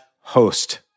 host